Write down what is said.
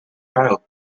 child